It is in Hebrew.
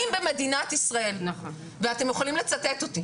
אם במדינת ישראל ואתם יכולים לצטט אותי